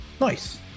Nice